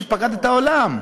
שפקד את העולם.